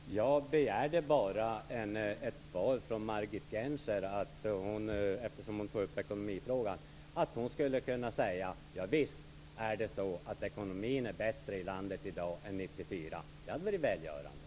Fru talman! Jag begärde bara att Margit Gennser, eftersom hon tog upp ekonomifrågan, skulle kunna säga: Javisst är ekonomin bättre i landet i dag än 1994. Det hade varit välgörande.